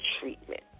treatment